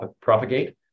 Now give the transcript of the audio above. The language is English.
propagate